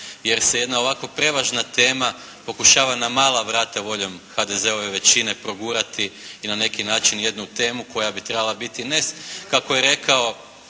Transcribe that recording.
jer se jedna ovako prevažna tema pokušava na mala vrata voljom HDZ-ove većine progurati i na neki način jednu temu koja bi trebala biti ne kako je rekao